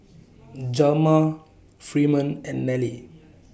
Hjalmar Freeman and Nelie